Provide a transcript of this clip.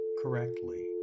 correctly